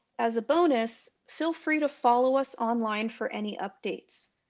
as a bonus feel free to follow us online for any updates.